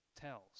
tells